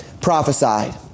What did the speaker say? prophesied